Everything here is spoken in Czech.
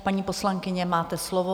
Paní poslankyně, máte slovo.